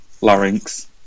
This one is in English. larynx